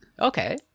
Okay